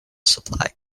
supplied